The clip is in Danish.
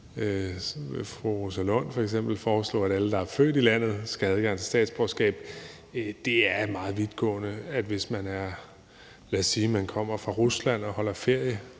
Fru Rosa Lund foreslår f.eks., at alle, der er født i landet, skal have adgang til statsborgerskab. Det er meget vidtgående, at hvis man kommer fra, lad os sige Rusland, og holder ferie